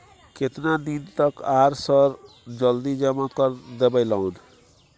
केतना दिन तक आर सर जल्दी जमा कर देबै लोन?